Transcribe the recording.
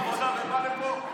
סידור עבודה ובא לפה.